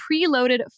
preloaded